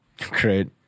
great